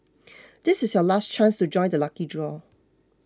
this is your last chance to join the lucky draw